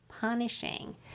punishing